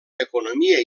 economia